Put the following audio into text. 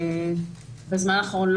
בזמן האחרון,